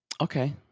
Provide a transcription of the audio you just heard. Okay